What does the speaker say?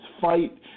fight